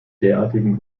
derartigen